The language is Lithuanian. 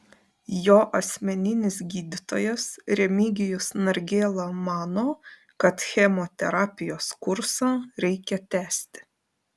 jo asmeninis gydytojas remigijus nargėla mano kad chemoterapijos kursą reikia tęsti